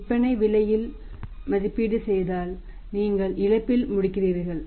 விற்பனை விலையில் மதிப்பீடு செய்தால் நீங்கள் இழப்பில் முடிகிறீர்கள்